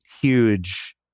huge